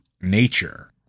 nature